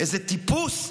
איזה טיפוס,